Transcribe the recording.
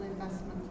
investment